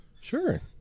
Sure